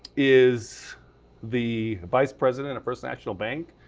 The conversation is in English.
is the vice president of first national bank.